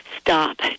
stop